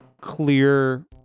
clear